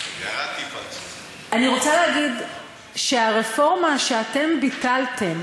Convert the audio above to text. אני רוצה להגיד שהרפורמה שאתם ביטלת,